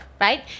right